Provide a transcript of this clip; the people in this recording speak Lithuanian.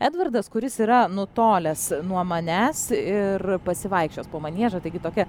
edvardas kuris yra nutolęs nuo manęs ir pasivaikščios po maniežą taigi tokia